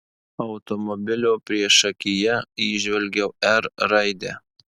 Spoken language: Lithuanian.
automobilio priešakyje įžvelgiau r raidę